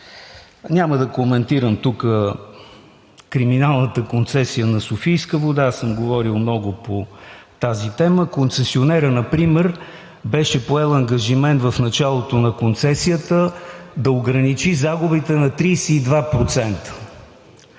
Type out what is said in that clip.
Няма да коментирам тук криминалната концесия на „Софийска вода“. Аз съм говорил много по тази тема. Концесионерът например беше поел ангажимент в началото на концесията да ограничи загубите на 32%,